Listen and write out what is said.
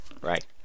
Right